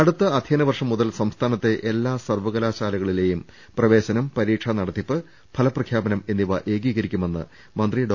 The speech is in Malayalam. അടുത്ത അധ്യയന വർഷം മുതൽ സംസ്ഥാനത്തെ എല്ലാ സർവ കലാശാലകളിലെയും പ്രവേശനം പരീക്ഷാ നടത്തിപ്പ് ഫലപ്രഖ്യാ പനം എന്നിവ ഏകീകരിക്കുമെന്ന് മന്ത്രി ഡോ